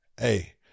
hey